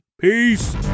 Peace